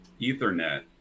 Ethernet